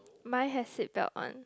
mine has seat belt on